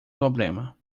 problema